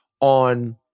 on